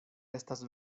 estas